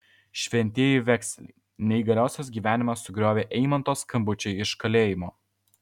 šventieji vekseliai neįgaliosios gyvenimą sugriovė eimanto skambučiai iš kalėjimo